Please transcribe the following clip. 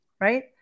right